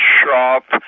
shop